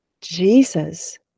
Jesus